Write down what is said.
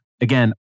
Again